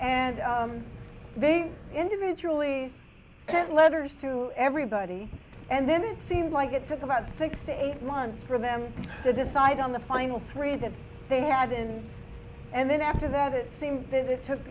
and they individually sent letters to everybody and then it seemed like it took about six to eight months for them to decide on the final three that they had in and then after that it seemed that it took